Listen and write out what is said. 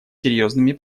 серьезными